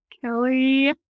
Kelly